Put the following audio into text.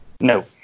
No